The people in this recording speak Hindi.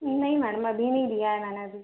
नहीं मैडम अभी नहीं लिया है मैंने अभी